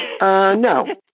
No